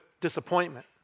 disappointment